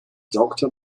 doctor